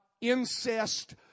incest